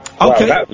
Okay